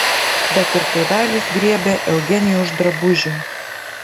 bet ir tėvelis griebė eugenijų už drabužių